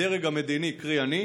הדרג המדיני, קרי אני הקודם,